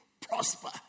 prosper